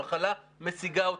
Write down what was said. המחלה משיגה אותנו.